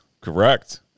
Correct